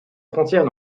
frontières